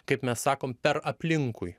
kaip mes sakom per aplinkui